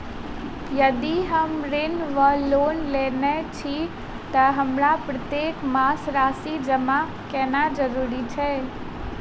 यदि हम ऋण वा लोन लेने छी तऽ हमरा प्रत्येक मास राशि जमा केनैय जरूरी छै?